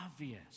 obvious